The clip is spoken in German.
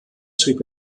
schrieb